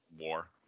war